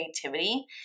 creativity